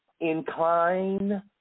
incline